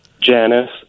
janice